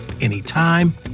anytime